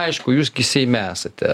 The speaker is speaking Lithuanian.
aišku jūs gi seime esate